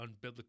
unbiblical